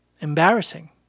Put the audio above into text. embarrassing